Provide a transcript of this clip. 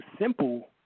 simple